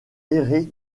errer